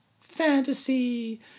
fantasy